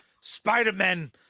spider-man